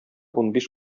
унбиш